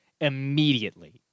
immediately